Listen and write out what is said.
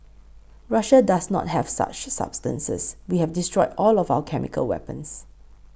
Russia does not have such substances we have destroyed all of our chemical weapons